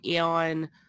on